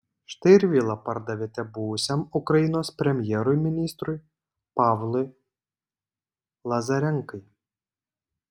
štai ir vilą pardavėte buvusiam ukrainos premjerui ministrui pavlui lazarenkai